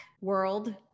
world